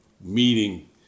meeting